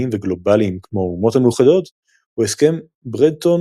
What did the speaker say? וגלובליים כמו האומות המאוחדות או הסכם ברטון-וודס.